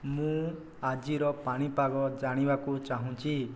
ମୁଁ ଆଜିର ପାଣିପାଗ ଜାଣିବାକୁ ଚାହୁଁଛି